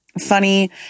funny